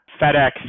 FedEx